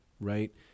right